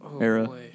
era